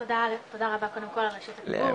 תודה קודם כל על רשות הדיבור,